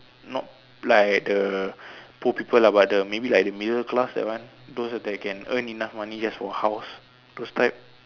not like the poor people lah but the maybe like the middle class that one those that can earn money just for house those type